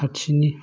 खाथिनि